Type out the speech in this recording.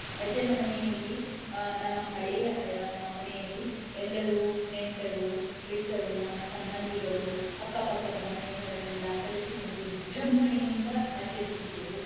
ಅಜ್ಜನ ಮನೆಯಲ್ಲಿ ನಮ್ಮ ಹಳೆಯ ಮನೆಯಲ್ಲಿ ಎಲ್ಲರೂ ನೆಂಟರು ಇಷ್ಟರು ನಮ್ಮ ಸಂಬಂಧಿಗಳು ಅಕ್ಕ ಪಕ್ಕದ ಮನೆಯವರನ್ನೆಲ್ಲ ಕರೆಸಿಕೊಂಡು ವಿಜೃಂಭಣೆಯಿಂದ ಆಚರಿಸಿದ್ದೆವು